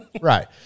right